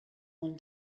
one